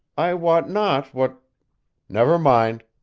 i wot not what never mind.